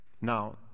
Now